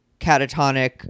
catatonic